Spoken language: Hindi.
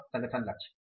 अब संगठन लक्ष्य